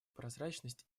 прозрачность